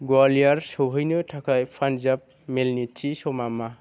ग्वालियार सौहैनो थाखाय पान्जाब मेइलनि थि समा मा